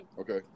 Okay